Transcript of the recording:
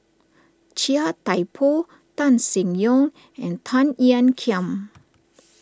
Chia Thye Poh Tan Seng Yong and Tan Ean Kiam